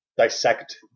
dissect